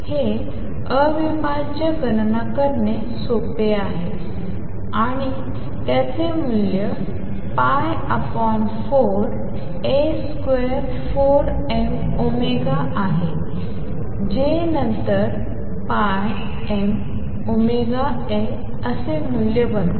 हे अविभाज्य गणना करणे सोपे आहे आणि त्याचे मूल्य 4A24mω आहे जे नंतर πmωA असे मूल्य बनते